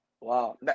Wow